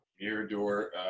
Mirador